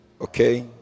okay